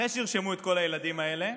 אחרי שירשמו את כל הילדים האלה,